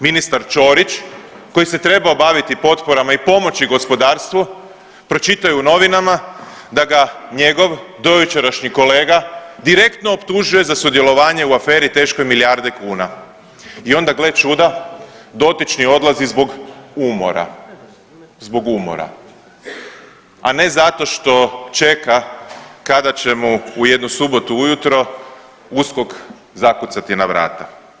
Ministar Ćorić koji se trebao baviti potporama i pomoći gospodarstvu pročitao je u novinama da ga njegov dojučerašnji kolega direktno optužuje za sudjelovanje u aferi teškoj milijarde kuna i onda gle čuda dotični odlazi zbog umora, zbog umora, a ne zato što čeka kada će mu u jednu subotu ujutro USKOK zakucati na vrata.